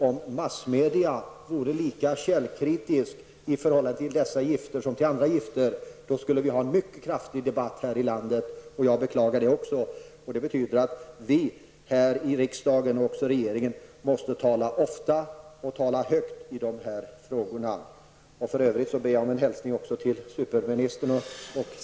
Om massmedia vore lika ''källkritiska'' i förhållande till dessa gifter som i förhållande till andra gifter skulle vi här i landet ha en mycket kraftig debatt. Jag beklagar att vi inte har det. Det betyder att vi här i riksdagen och även regeringen måste tala ofta och högt om de här frågorna. För övrigt ber jag om en hälsning också till superministern.